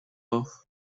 off